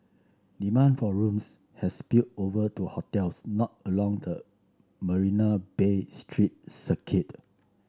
demand for rooms has spilled over to hotels not along the Marina Bay street circuit